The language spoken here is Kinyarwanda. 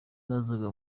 nazaga